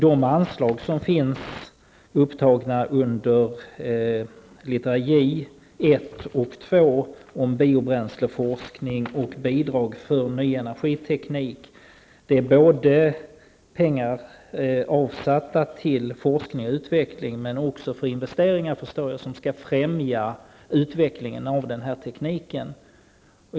De anslag som är upptagna under littera J, 1 och 2, om bioenergiforskning och bidrag för ny energiteknik utgör pengar som är avsatta till forskning och utveckling men också för investeringar som skall främja utvecklingen av denna teknik.